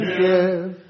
give